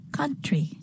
country